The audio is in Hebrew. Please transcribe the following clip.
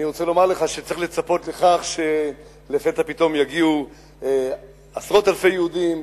אני רוצה לומר לך שצריך לצפות לכך שלפתע פתאום יגיעו עשרות אלפי יהודים,